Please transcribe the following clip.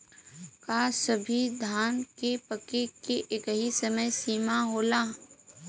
का सभी धान के पके के एकही समय सीमा होला?